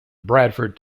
bradford